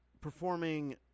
performing